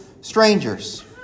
strangers